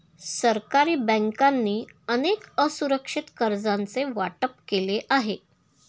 सरकारी बँकांनी अनेक असुरक्षित कर्जांचे वाटप केले आहे